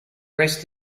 rest